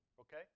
Okay